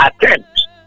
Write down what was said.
attempt